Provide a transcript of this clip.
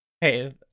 hey